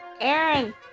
Aaron